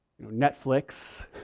Netflix